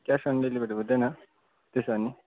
cash on delivery हुँदैन त्यसो हो भने